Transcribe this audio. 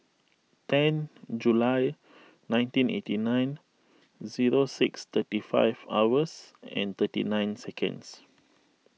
ten July nineteen eighty nine zero six thirty five hours and thirty nine seconds